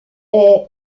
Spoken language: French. est